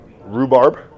rhubarb